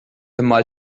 imma